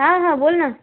हां हां बोल ना